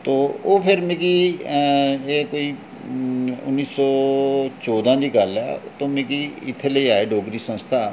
तो ओह् फिर मिगी एह् कोई उन्नी सौ चौदां दी गल्ल ऐ ते मिगी इत्थै लेई आए डोगरी संस्था